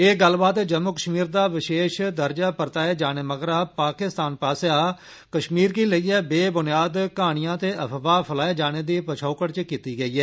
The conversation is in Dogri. ए गल्लबात जम्मू कश्मीर दा विशेष दर्जा परताए जाने मगरा पाकिस्तान पास्सेआ कश्मीर गी लेइयै बेबुनियाद कहानियां ते अफवाह फैलाए जाने दी पछौकड़ च कीता गेई ऐ